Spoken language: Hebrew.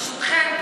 ברשותכם,